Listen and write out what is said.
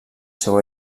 seu